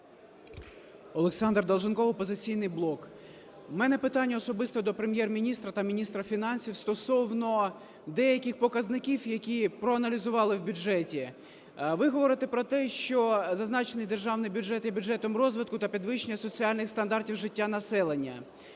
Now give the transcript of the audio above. ОлександрДолженков, "Опозиційний блок". У мене питання особисто до Прем’єр-міністра та міністра фінансів стосовно деяких показників, які проаналізували в бюджеті. Ви говорите про те, що зазначений Державний бюджет є бюджетом розвитку та підвищення соціальних стандартів життя населення.